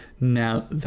Now